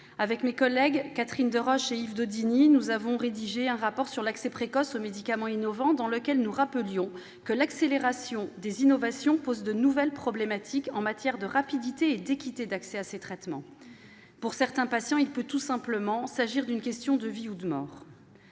Avec mes collègues Catherine Deroche et Yves Daudigny, nous avons rédigé un rapport sur l'accès précoce aux médicaments innovants, dans lequel nous rappelions que l'accélération des innovations pose de nouvelles problématiques en matière de rapidité et d'équité d'accès à ces traitements. Pour certains patients, il peut tout simplement s'agir d'une question de vie ou de mort.